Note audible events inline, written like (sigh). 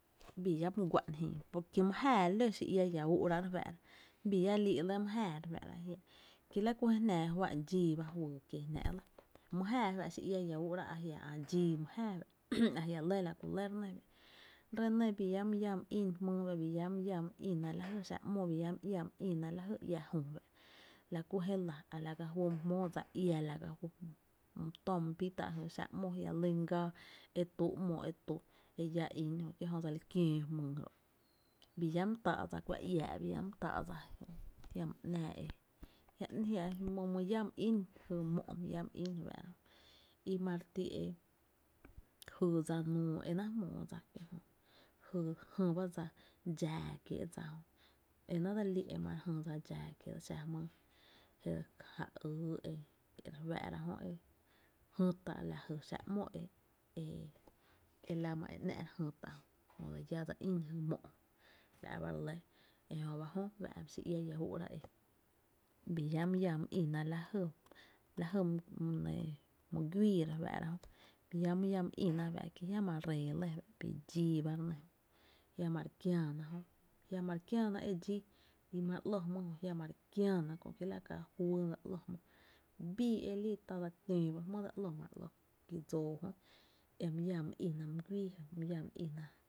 Bii llá my guá’n jïï, porque my jáá ló xi iäa ia ü’ra re fáá’ra, bii llá lii’ lɇ my jáaá re fáá’ra ki la kú je jnaa dxii ba juyy kie jná’ ki la ku xi iá iä úu’ráá’ fá’ a jia’ ä’ dxii my jáá fa’, ajia’ lɇ la ku lɇ re nɇ fa´’, re nɇ bii llá my lláa my ín jmýy, bii llá my lláa my ína lajy xáá’ ‘mo lajy ia jü fa’, la ku je la a la ka juy my jmóo dsa iá a la ka juy, my töö my bi tá’ jy xáá’ ‘mo, jia’ lyn gáá e tu ‘mo e tú e llá ín, ki jö dse li kiöö jmyy ro’, bii llá my táá’ kuá iiä’ bii llá my táá’ dsa ajiama ‘naa (hesitation) bi my lláá my ín jy mó’ jy re fá´’ra jö i mare ti e jyy dsa nuu, enáá’ jmóo dsa kie’ jö, jyy (hesitation) jÿ ba dsa dxaa kiee’ dsa jö, enaá´’ dse li e mare ti jy dsa dxaa kiee’ dsa jö, xa jmyy e dse ja yy e re fáá’ra jö e (hesitation) e jÿta’ la jy xáá’ ‘mo e la ma e ‘ná’ ere jy tá’ jö, jö dse llá dse ín jy mó’ ejöba jö e fa’ xi iá ia üu’ra e bi llá my iaa my ína lajy mýy güii re fáá’ra, bii llá my iá my ína fá’ ki jiama ree lɇ fa’ bii dxii ba re nɇ jiama ew kiääna jö, jiama re kiääna e dxii i ma re ‘ló jm´py jö jiama’ re kiää na kö’ ki la ka juy e dse ‘lo jmý, bii e lii ta dse töö ba jmy e dse ‘ló ma re ‘ló ki dsóo jö e my iá my ína my güii jö, my llá my ína